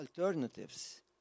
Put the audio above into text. alternatives